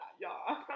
y'all